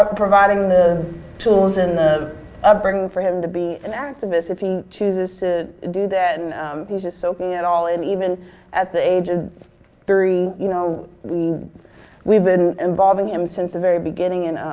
but providing the tools and the upbringing for him to be an activist if he chooses to do that and he's just soaking it all in even at the age of three, you know we've we've been involving him since the very beginning. and,